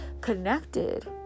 connected